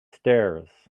stairs